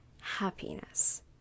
happiness